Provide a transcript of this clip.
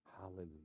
Hallelujah